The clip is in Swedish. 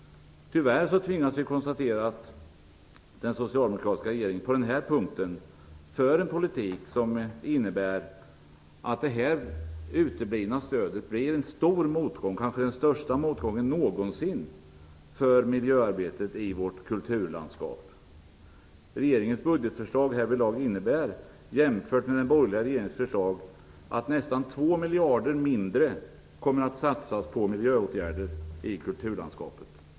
Tyvärr tvingas vi konstatera att den socialdemokratiska regeringen på den här punkten för en politik som innebär att det uteblivna stödet blir en stor motgång, kanske den största motgången någonsin, för miljöarbetet i vårt kulturlandskap. Regeringens budgetförslag härvidlag jämfört med den borgerliga regeringens förslag innebär att nästan 2 miljarder mindre kommer att satsas på miljöåtgärder i kulturlandskapet.